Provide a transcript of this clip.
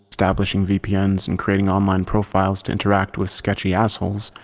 establishing vpns, and creating online profiles to interact with sketchy assholes,